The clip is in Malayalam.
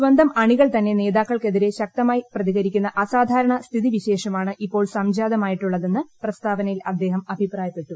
സ്വന്തം അണികൾ തന്നെ നേതാക്കൾക്കെതിരെ ശക്തമായി പ്രതികരിക്കുന്ന അസാധാരണ സ്ഥിതിവിശേഷമാണ് ഇപ്പോൾ സംജാതമായിട്ടുള്ളതെന്ന് പ്രസ്താവനയിൽ അദ്ദേഹം അഭിപ്രായപ്പെട്ടു